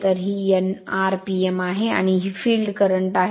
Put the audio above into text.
तर ही n RPM आहे आणि ही फिल्ड करंट आहे